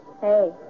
Hey